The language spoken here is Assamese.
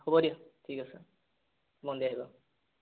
হ'ব দিয়া ঠিক আছে মনডে আহিবা